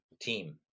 team